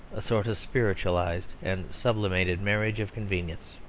a sort of spiritualised and sublimated marriage of convenience.